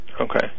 okay